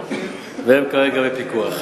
והם כרגע בפיקוח.